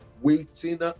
Waiting